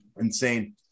insane